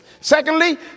Secondly